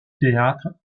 théâtre